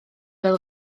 fel